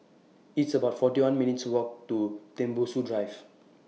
It's about forty one minutes' Walk to Tembusu Drive